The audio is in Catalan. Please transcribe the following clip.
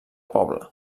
poble